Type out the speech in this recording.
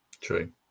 True